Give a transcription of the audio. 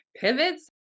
pivots